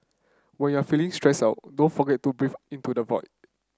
when you are feeling stressed out don't forget to breathe into the void